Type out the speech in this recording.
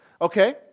okay